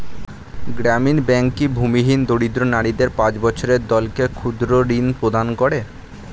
গ্রামীণ ব্যাংক কি ভূমিহীন দরিদ্র নারীদের পাঁচজনের দলকে ক্ষুদ্রঋণ প্রদান করে?